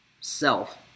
self